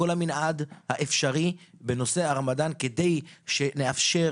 בכל המנעד האפשרי בנושא הרמדאן כדי שנאפשר